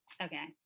Okay